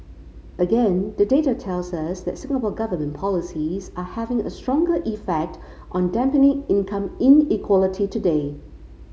again the data tells us that Singapore Government policies are having a stronger effect on dampening income inequality today